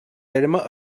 terme